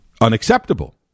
unacceptable